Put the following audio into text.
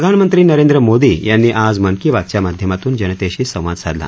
प्रधानमंत्री नरेंद्र मोदी यांनी आज मन की बातच्या माध्यमातून जनतेशी संवाद साधला